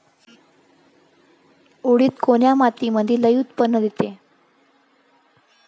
उडीद कोन्या मातीमंदी लई उत्पन्न देते?